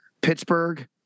pittsburgh